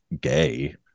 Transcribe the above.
gay